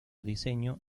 diseño